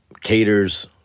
caters